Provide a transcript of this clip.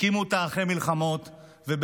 הקימו אותה אחרי מלחמות ובמאבקים,